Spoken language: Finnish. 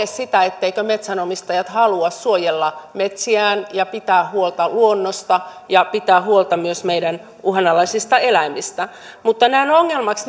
sitä etteivätkö metsänomistajat halua suojella metsiään ja pitää huolta luonnosta ja pitää huolta myös meidän uhanalaisista eläimistä mutta näen ongelmaksi